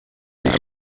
sich